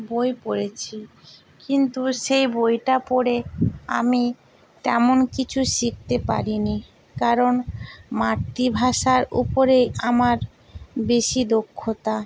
বই পড়েছি কিন্তু সেই বইটা পড়ে আমি তেমন কিছু শিখতে পারি নি কারণ মাতৃভাষার উপরে আমার বেশি দক্ষতা